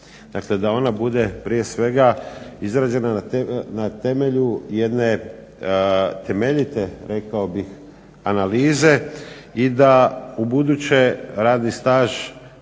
Dakle, da ona bude prije svega izrađena na temelju jedne temeljite rekao bih analize i da ubuduće radni staž,